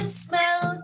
smell